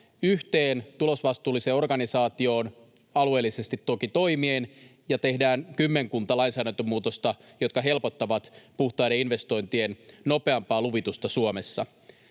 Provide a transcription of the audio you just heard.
yhteen tulosvastuulliseen organisaatioon alueellisesti toki toimien ja tehdään kymmenkunta lainsäädäntömuutosta, jotka helpottavat puhtaiden investointien nopeampaa luvitusta Suomessa.